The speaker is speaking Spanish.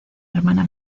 hermana